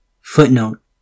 Footnote